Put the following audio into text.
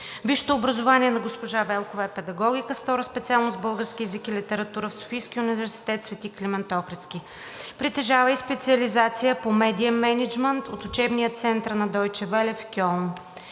Висшето образование на госпожа Велкова е „Педагогика“, с втора специалност „Български език и литература“ в Софийския университет „Св. Климент Охридски“. Притежава и специализация по медиен мениджмънт от учебния център на „Дойче Веле“ в Кьолн.